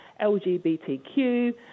LGBTQ